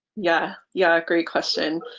yeah yeah, great question.